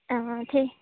অঁ ঠিক